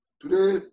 Today